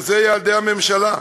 וזה מיעדי הממשלה,